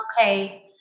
Okay